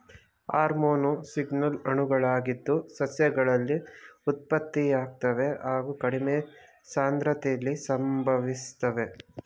hormone signal ಅಣುಗಳಾಗಿದ್ದು ಸಸ್ಯಗಳಲ್ಲಿ ಉತ್ಪತ್ತಿಯಾಗ್ತವೆ ಹಾಗು ಕಡಿಮೆ ಸಾಂದ್ರತೆಲಿ ಸಂಭವಿಸ್ತವೆ